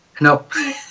No